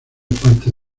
parte